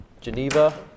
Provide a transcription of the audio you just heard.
Geneva